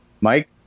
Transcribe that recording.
Mike